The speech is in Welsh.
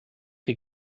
chi